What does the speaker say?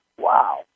wow